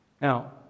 Now